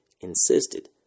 insisted